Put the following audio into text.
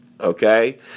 Okay